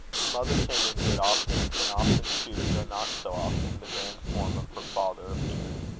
her mother came into it often and often too, though not so often, the grand form of her father appeared,